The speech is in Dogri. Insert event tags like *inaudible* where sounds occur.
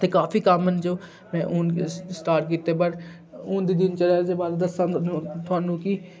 ते काफी कम्म न जो में हून स्टार्ट कीते बट हून दी दिनचर्या च *unintelligible*